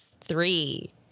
three